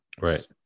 Right